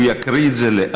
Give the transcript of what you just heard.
הוא יקריא את זה לאט.